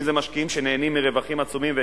אם משקיעים שנהנים מרווחים עצומים,